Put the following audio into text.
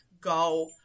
go